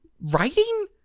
writing